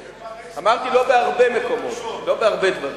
אמרתי לא בהרבה מקומות, לא בהרבה דברים.